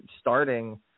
starting